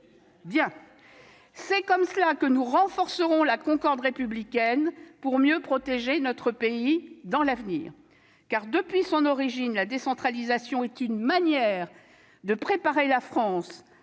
Ainsi, nous renforcerons la concorde républicaine pour mieux protéger notre pays à l'avenir, car, depuis son origine, la décentralisation est une manière de préparer la France